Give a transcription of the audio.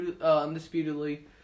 undisputedly